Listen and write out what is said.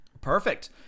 Perfect